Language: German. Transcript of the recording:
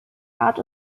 art